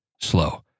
slow